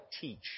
teach